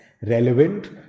relevant